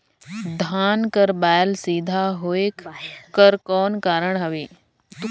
धान कर बायल सीधा होयक कर कौन कारण हवे?